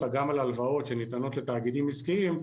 גם על הלוואות שניתנות לתאגידים עסקיים,